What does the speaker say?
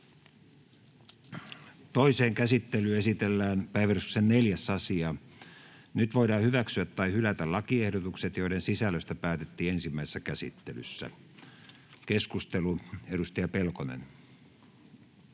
Toiseen käsittelyyn esitellään päiväjärjestyksen 4. asia. Nyt voidaan hyväksyä tai hylätä lakiehdotukset, joiden sisällöstä päätettiin ensimmäisessä käsittelyssä. — Keskustelu, edustaja Pelkonen.